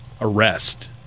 arrest